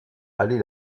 allie